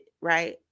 Right